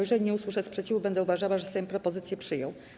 Jeżeli nie usłyszę sprzeciwu, będę uważała, że Sejm propozycje przyjął.